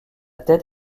tête